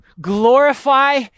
glorify